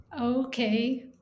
okay